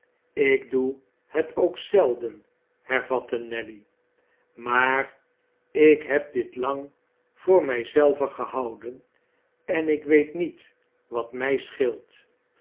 ik doe het ook zelden hervatte nelly maar ik heb dit lang voor mij zelve gehouden en ik weet niet wat mij scheelt